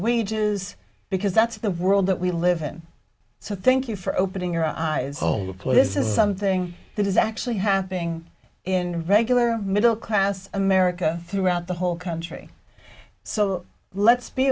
wages because that's the world that we live in so thank you for opening your eyes on the play this is something that is actually happening in regular middle class america throughout the whole country so let's be